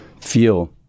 feel